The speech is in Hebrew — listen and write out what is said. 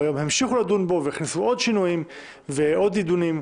ואז המשיכו לדון בו והכניסו עוד שינויים ועוד עידונים.